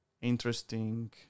interesting